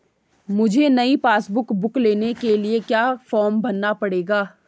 मुझे नयी passbook book लेने के लिए क्या फार्म भरना पड़ेगा?